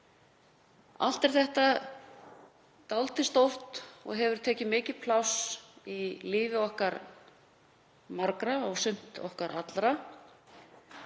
Allt er þetta dálítið stórt og hefur tekið mikið pláss í lífi okkar margra og sumt í lífi okkar allra